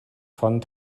von